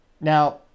Now